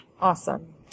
Awesome